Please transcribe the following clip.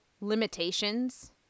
limitations